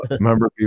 Remember